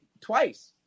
twice